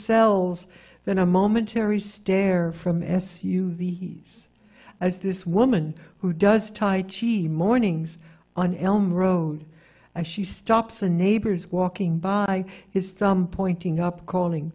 cells than a momentary stare from s u v s as this woman who does tight she mornings on elm road and she stops the neighbors walking by his thumb pointing up calling